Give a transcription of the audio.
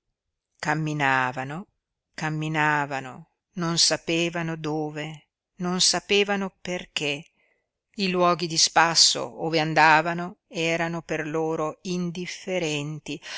camminavano camminavano non sapevano dove non sapevano perché i luoghi di spasso ove andavano erano per loro indifferenti